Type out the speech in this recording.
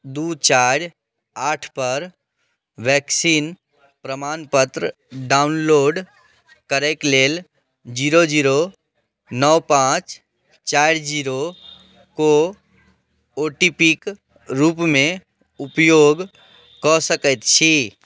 दुइ चारि आठपर वैक्सीन प्रमाणपत्र डाउनलोड करैके लेल जीरो जीरो नओ पाँच चारि जीरो को ओ टी पी के रूपमे उपयोग कऽ सकै छी